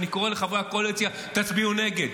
אני קורא לחברי הקואליציה: תצביעו נגד.